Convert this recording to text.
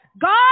God